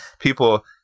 people